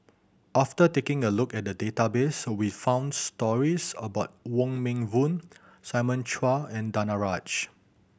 after taking a look at the database we found stories about Wong Meng Voon Simon Chua and Danaraj